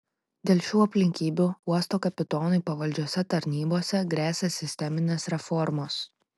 dėl šių aplinkybių uosto kapitonui pavaldžiose tarnybose gresia sisteminės reformos